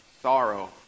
sorrow